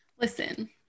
Listen